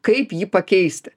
kaip jį pakeisti